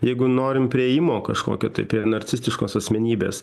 jeigu norim priėjimo kažkokio tai prie narcistiškos asmenybės